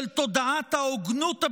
של תודעת ההוגנות הבסיסית,